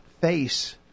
face